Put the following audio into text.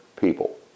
people